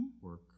work